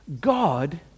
God